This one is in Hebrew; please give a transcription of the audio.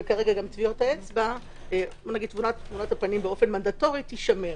וכרגע תמונת הפנים באופן מנדטורי - תישמר.